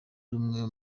rumwe